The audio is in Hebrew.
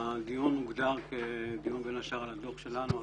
הדיון הוגדר בין השאר כדיון על הדוח שלנו על